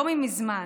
לא מזמן.